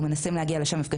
אנחנו מנסים להגיע אליהם, יש